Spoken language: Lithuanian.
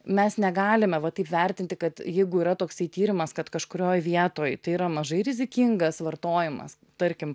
mes negalime va taip vertinti kad jeigu yra toksai tyrimas kad kažkurioj vietoj tai yra mažai rizikingas vartojimas tarkim